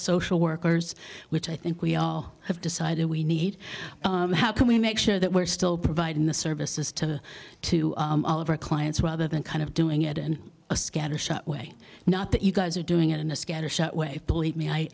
social workers which i think we all have decided we need how can we make sure that we're still providing the services to to all of our clients rather than kind of doing it in a scattershot way not that you guys are doing it in a scattershot way believe me i